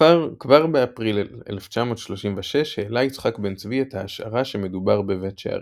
כבר באפריל 1936 העלה יצחק בן-צבי את ההשערה שמדובר בבית שערים.